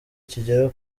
kigera